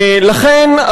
לכן,